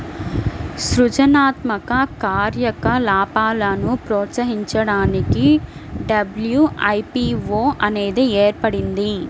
సృజనాత్మక కార్యకలాపాలను ప్రోత్సహించడానికి డబ్ల్యూ.ఐ.పీ.వో అనేది ఏర్పడింది